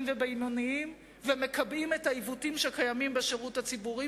ובינוניים ומקבעים את העיוותים שקיימים בשירות הציבורי,